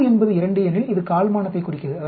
q என்பது 2 எனில் இது கால்மானத்தைக் குறிக்கிறது